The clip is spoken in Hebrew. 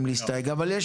אבל יש